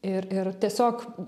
ir ir tiesiog